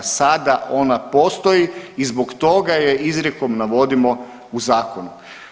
Sada ona postoji i zbog toga je izrijekom navodimo u zakonu.